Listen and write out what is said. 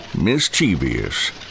Mischievous